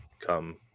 come